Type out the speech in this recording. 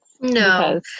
no